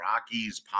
rockies